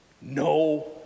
no